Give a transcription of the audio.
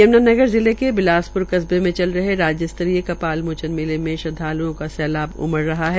यम्नानगर जिले के बिलासप्र कस्बे मे चल रहे राज्य स्तरीय कपाल मोचन मेले मे श्रद्वाल्ओं का सैलाब उमड़ रहा है